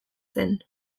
zen